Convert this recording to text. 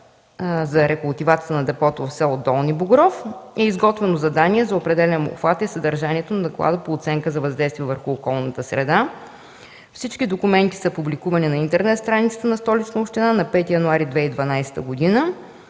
за рекултивацията на депото в с. Долни Богров е изготвено задание за определяне обхвата и съдържанието на доклада по оценка на въздействието върху околната среда. Всички документи са публикувани на интернет страницата на Столичната община на 5 януари 2012 г.